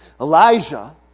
Elijah